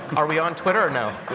are we on twitter now?